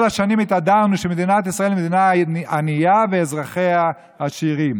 כל השנים התהדרנו שמדינת ישראל היא מדינה ענייה ואזרחיה עשירים.